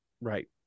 right